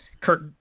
Kurt